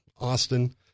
Austin